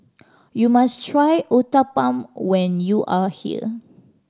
you must try Uthapam when you are here